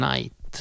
Night